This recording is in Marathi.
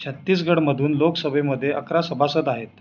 छत्तीसगडमधून लोकसभेमध्ये अकरा सभासद आहेत